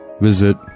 visit